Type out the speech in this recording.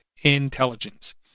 intelligence